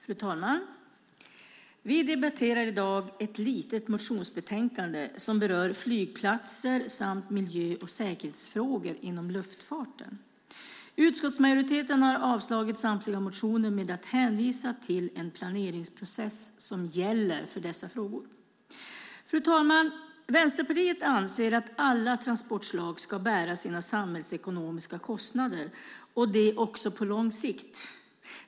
Fru talman! Vi debatterar i dag ett litet motionsbetänkande som berör flygplatser samt miljö och säkerhetsfrågor inom luftfarten. Utskottsmajoriteten har avstyrkt samtliga motioner med att hänvisa till en planeringsprocess som gäller för dessa frågor. Fru talman! Vänsterpartiet anser att alla transportslag ska bära sina samhällsekonomiska kostnader och det också på lång sikt.